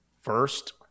first